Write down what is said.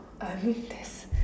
I mean there's